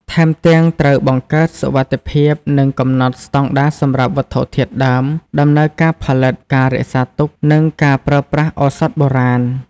ថែមទាំង ត្រូវបង្កើតសុវត្ថិភាព និងកំណត់ស្តង់ដារសម្រាប់វត្ថុធាតុដើម ដំណើរការផលិត ការរក្សាទុក និងការប្រើប្រាស់ឱសថបុរាណ។